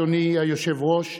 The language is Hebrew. אדוני היושב-ראש,